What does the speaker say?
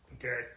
Okay